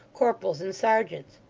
corporals and serjeants.